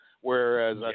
whereas